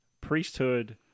priesthood